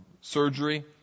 surgery